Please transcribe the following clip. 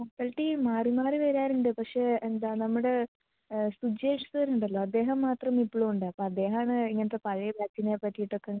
faculty മാറി മാറി വരാറുണ്ട് പക്ഷേ എന്താ നമ്മുടെ സുജേഷ് സാർ ഉണ്ടല്ലോ അദ്ദേഹം മാത്രം ഇപ്പോഴും ഉണ്ട് അപ്പം അദ്ദേഹമാണ് ഇങ്ങനത്തെ പഴയ ബാച്ചിനെ പറ്റിയിട്ടൊക്കെ